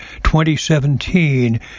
2017